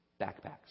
backpacks